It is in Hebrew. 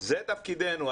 זה תפקידנו.